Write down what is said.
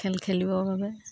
খেল খেলিবৰ বাবে